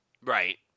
Right